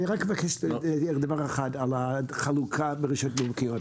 אני רק מבקש לשאול דבר אחד על החלוקה ברכישות עיקריות.